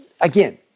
Again